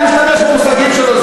אני משתמש במושגים שלו,